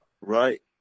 Right